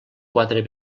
quatre